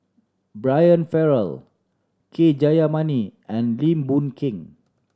Brian Farrell K Jayamani and Lim Boon Keng